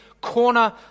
corner